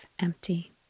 empty